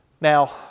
Now